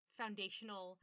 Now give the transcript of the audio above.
foundational